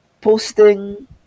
posting